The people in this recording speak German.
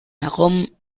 herum